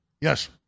Yes